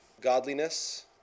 godliness